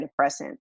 antidepressant